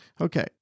Okay